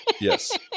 Yes